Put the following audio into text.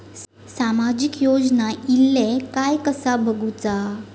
सामाजिक योजना इले काय कसा बघुचा?